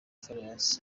farious